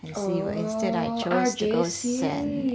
oh R_J_C